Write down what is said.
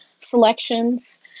selections